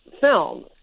film